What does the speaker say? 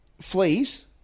Fleas